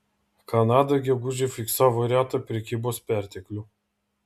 kanada gegužę fiksavo retą prekybos perteklių